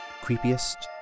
creepiest